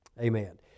Amen